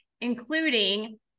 including